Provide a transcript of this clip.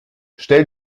stell